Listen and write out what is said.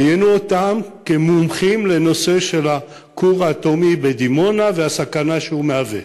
ראיינו אותם כמומחים לנושא הכור האטומי בדימונה והסכנה שהוא מהווה.